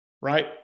Right